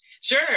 Sure